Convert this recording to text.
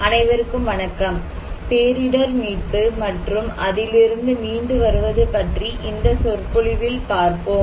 அனைவருக்கும் வணக்கம் பேரிடர் மீட்பு மற்றும் அதிலிருந்து மீண்டு வருவது பற்றி இந்த சொற்பொழிவில் பார்ப்போம்